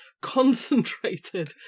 concentrated